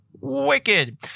Wicked